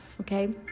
okay